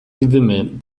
gewimmel